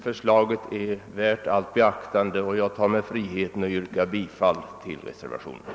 Förslaget är värt allt beaktande, och jag tar mig friheten att yrka bifall till reservationen I.